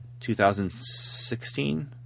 2016